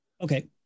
Okay